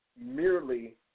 merely